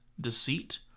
deceit